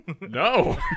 No